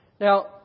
Now